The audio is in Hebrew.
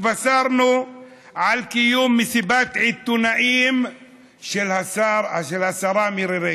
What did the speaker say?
התבשרנו על קיום מסיבת עיתונאים של השרה מירי רגב.